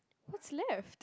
what's left